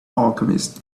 alchemist